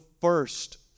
first